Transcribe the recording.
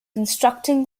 constructing